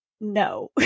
no